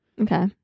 Okay